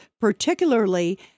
particularly